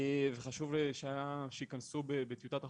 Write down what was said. וחשוב לנו שייכנסו בטיוטת החוק.